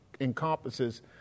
encompasses